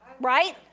Right